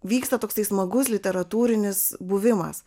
vyksta toksai smagus literatūrinis buvimas